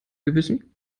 gewissen